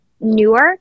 newer